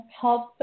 help